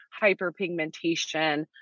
hyperpigmentation